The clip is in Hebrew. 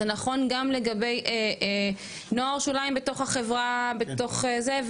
זה נכון גם לגבי נוער שוליים בתוך החברה בתוך זה,